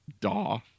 Daw